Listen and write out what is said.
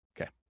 Okay